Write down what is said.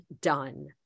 done